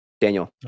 daniel